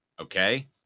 okay